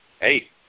hey